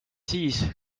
siis